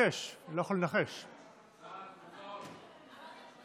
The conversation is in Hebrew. ואתה יכול למלא את יומך בביטחון יחסי.